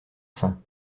saint